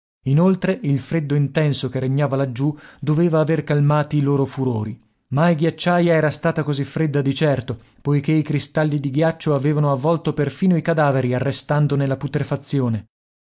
inoltre il freddo intenso che regnava laggiù doveva aver calmati i loro furori mai ghiacciaia era stata così fredda di certo poiché i cristalli di ghiaccio avevano avvolto perfino i cadaveri arrestandone la putrefazione